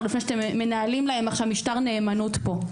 לפני שאתם מנהלים להם עכשיו משטר נאמנות פה,